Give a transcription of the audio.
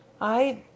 I